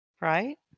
right